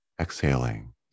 exhaling